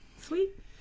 sweet